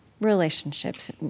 relationships